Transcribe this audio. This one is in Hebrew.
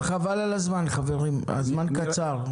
חבל על הזמן, חברים, הזמן קצר.